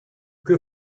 que